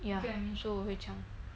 ya so 我会讲